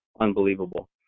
unbelievable